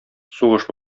сугыш